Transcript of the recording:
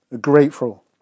grateful